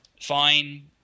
fine